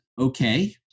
okay